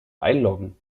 einloggen